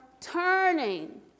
turning